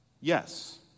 Yes